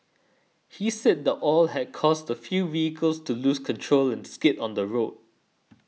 he said the oil had caused a few vehicles to lose control and skid on the road